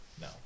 No